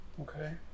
Okay